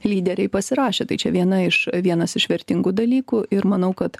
lyderiai pasirašę tai čia viena iš vienas iš vertingų dalykų ir manau kad